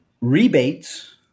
rebates